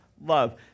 love